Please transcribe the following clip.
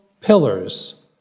pillars